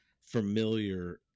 familiar